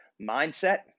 Mindset